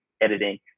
editing